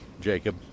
Jacob